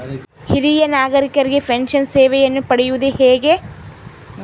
ಹಿರಿಯ ನಾಗರಿಕರಿಗೆ ಪೆನ್ಷನ್ ಸೇವೆಯನ್ನು ಪಡೆಯುವುದು ಹೇಗೆ?